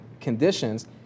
conditions